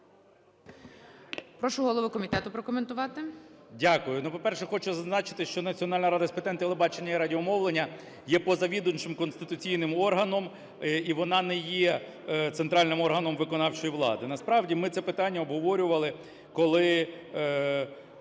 Прошу голову комітету прокоментувати.